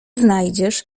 znajdziesz